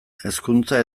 hezkuntza